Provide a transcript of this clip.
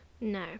No